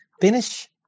Finish